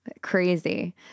crazy